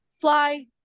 fly